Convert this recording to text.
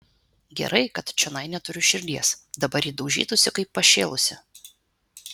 gerai kad čionai neturiu širdies dabar ji daužytųsi kaip pašėlusi